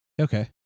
Okay